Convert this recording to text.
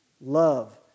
love